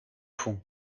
fond